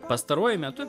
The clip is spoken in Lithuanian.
pastaruoju metu